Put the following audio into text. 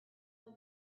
what